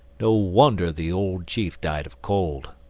no wonder the old chief died of cold!